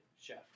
chef